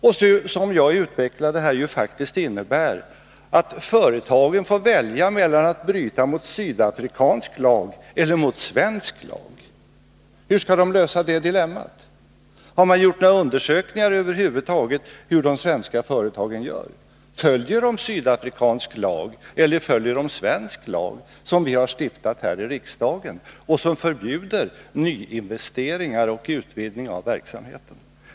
Det här innebär ju faktiskt, som jag utvecklat tidigare, att företagen får välja mellan att bryta mot sydafrikansk lag eller mot svensk lag. Hur skall de lösa det dilemmat? Har man gjort några undersökningar över huvud taget hur de svenska företagen gör? Följer de sydafrikansk lag eller följer de svensk lag som vi har stiftat här i riksdagen och som förbjuder nyinvesteringar och utvidgningar av verksamheten?